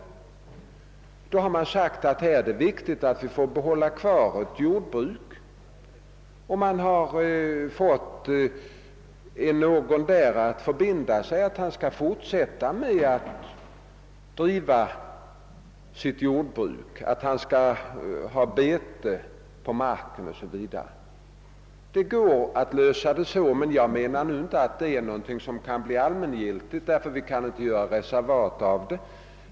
Samtidigt har man sagt: Det är viktigt att vi får behålla kvar ett jordbruk. Man har även fått någon där att förbinda sig till att fortsätta att driva sitt jordbruk. Denne skall då se till att marken betas O. S. Vv. Det går att lösa frågan på det sättet, men därmed menar jag inte att det är ett sätt som kan bli allmängiltigt, ty vi kan inte alltid göra reservat av områdena.